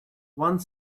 one